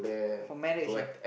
for marriage ah